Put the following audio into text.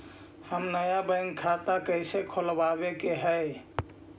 हम नया बैंक खाता कैसे खोलबाबे के है?